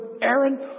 Aaron